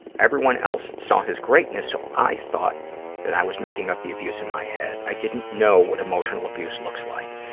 everyone else saw his greatness so i thought that i was making up the abuse in my head. i didn't know what emotional abuse looks like.